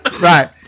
right